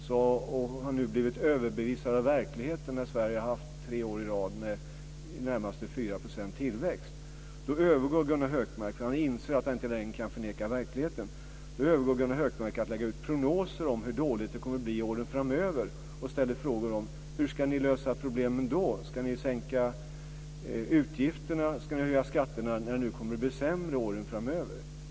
Han har nu blivit överbevisad av verkligheten när Sverige tre år i rad har haft närmare 4 % tillväxt. Då övergår Gunnar Hökmark - eftersom han inser att han inte längre kan förneka verkligheten - till att lägga ut prognoser om hur dåligt det kommer att bli åren framöver och frågar: Hur ska ni lösa problemen då? Ska ni sänka utgifterna? Ska ni höja skatterna när det kommer att bli sämre åren framöver?